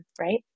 right